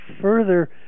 further